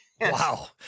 Wow